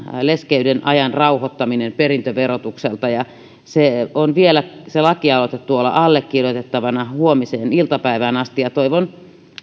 leskeyden ajan rauhoittaminen perintöverotukselta se lakialoite on vielä tuolla allekirjoitettavana huomiseen iltapäivään asti toivon